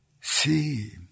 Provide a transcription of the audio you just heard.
see